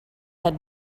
had